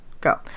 Go